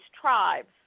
tribes